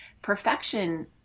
perfection